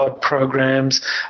programs